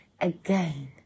again